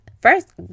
first